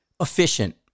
efficient